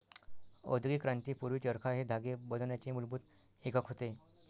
औद्योगिक क्रांती पूर्वी, चरखा हे धागे बनवण्याचे मूलभूत एकक होते